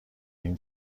این